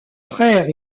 frère